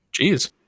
Jeez